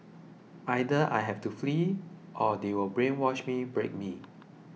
either I have to flee or they will brainwash me break me